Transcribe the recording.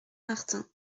martin